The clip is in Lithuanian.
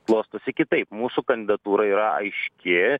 klostosi kitaip mūsų kandidatūra yra aiški